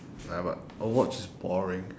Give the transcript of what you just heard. ya but overwatch is boring